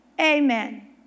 Amen